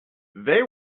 they